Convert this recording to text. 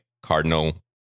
cardinal